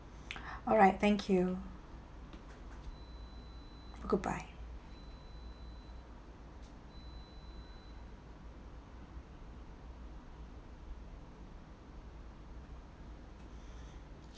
alright thank you goodbye